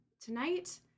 tonight